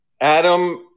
adam